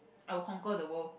I will conquer the world